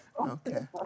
Okay